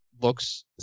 looks